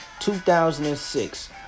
2006